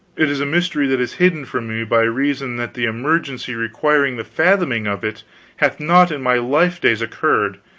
it is a mystery that is hidden from me by reason that the emergency requiring the fathoming of it hath not in my life-days occurred,